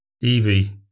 Evie